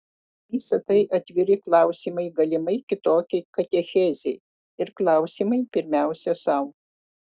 visa tai atviri klausimai galimai kitokiai katechezei ir klausimai pirmiausia sau